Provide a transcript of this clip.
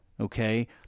Okay